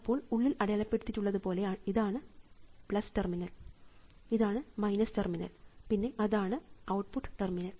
അപ്പോൾ ഉള്ളിൽ അടയാളപ്പെടുത്തിയിട്ടുള്ളതുപോലെ ഇതാണ് ടെർമിനൽ ഇതാണ് ടെർമിനൽ പിന്നെ അതാണ് ഔട്ട്പുട്ട് ടെർമിനൽ